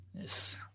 Yes